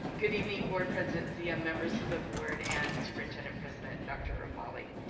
good evening board president zia, members of the board, and superintendent-president dr. romali.